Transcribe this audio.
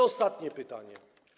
Ostatnie pytanie.